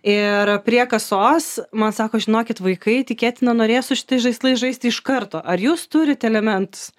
ir prie kasos man sako žinokit vaikai tikėtina norės su šitais žaislais žaisti iš karto ar jūs turit elementus